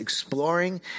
Exploring